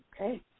Okay